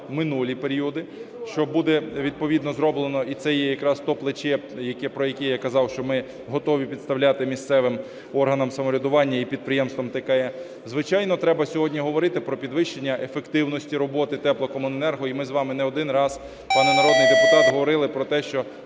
минулі періоди, що буде відповідно зроблено. І це є якраз те плече, про яке я казав, що ми готові підставляти місцевим органам самоврядування і підприємствам ТКЕ. Звичайно, треба сьогодні говорити про підвищення ефективності роботи теплокомуненерго. І ми з вами не один раз, пане народний депутат, говорили про те, що